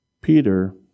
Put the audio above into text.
Peter